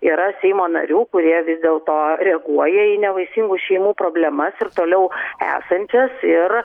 yra seimo narių kurie vis dėlto reaguoja į nevaisingų šeimų problemas ir toliau esančias ir